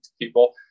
people